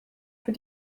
für